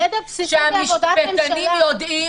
ידע בסיסי בעבודת הממשלה.